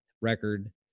record